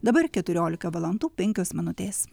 dabar keturiolika valandų penkios minutės